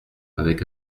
avec